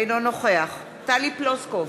אינו נוכח טלי פלוסקוב,